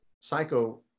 psycho